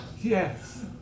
Yes